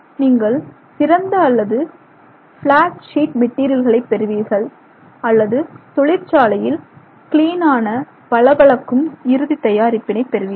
நீங்கள் சிறந்த அல்லது பிளாட் சீட் மெட்டீரியல்களைப் பெறுவீர்கள் அல்லது தொழிற்சாலையில் கிளீனான பளபளக்கும் இறுதி தயாரிப்பினைப் பெறுவீர்கள்